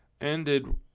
ended